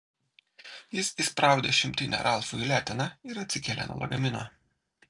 jis įspraudė šimtinę ralfui į leteną ir atsikėlė nuo lagamino